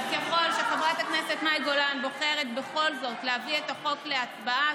אז ככל שחברת הכנסת מאי גולן בוחרת בכל זאת להביא את החוק להצבעה,